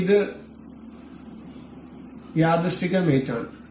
അതിനാൽ ഇത് യാദൃശ്ചിക മേറ്റ് ആണ്